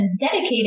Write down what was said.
dedicated